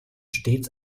stets